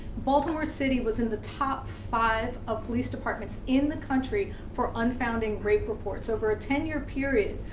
baltimore city was in the top five of police departments in the country for unfounding rape reports. over a ten year period,